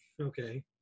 Okay